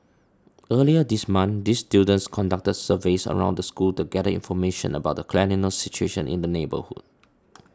earlier this month these students conducted surveys around the school to gather information about the cleanliness situation in the neighbourhood